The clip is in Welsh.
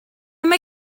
mae